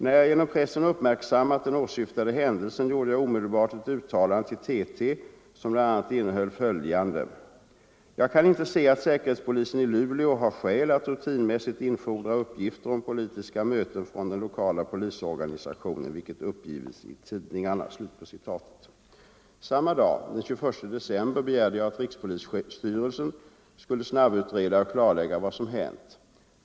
När jag genom pressen uppmärksammat den åsyftade händelsen gjorde jag omedelbart ett uttalande till TT, vilket bl.a. innehöll följande: ”Jag kan inte se att säkerhetspolisen i Luleå har skäl att rutinmässigt infordra uppgifter om politiska möten från den lokala polisorganisationen, vilket uppgivits i tidningarna.” Samma dag —- den 21 december — begärde jag att rikspolisstyrelsen skulle snabbutreda och klarlägga vad som hänt.